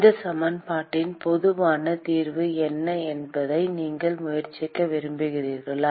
இந்த சமன்பாட்டின் பொதுவான தீர்வு என்ன நீங்கள் முயற்சிக்க விரும்புகிறீர்களா